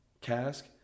cask